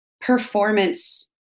performance